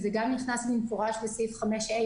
וזה גם נכנס במפורש לסעיף 5(ה),